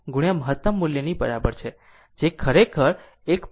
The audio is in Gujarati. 707 મહત્તમ મૂલ્યની બરાબર છે જે ખરેખર 1